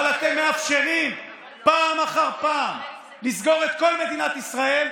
אבל אתם מאפשרים פעם אחר פעם לסגור את כל מדינת ישראל,